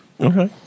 okay